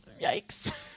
yikes